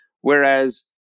Whereas